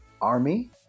army